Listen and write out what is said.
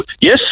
Yes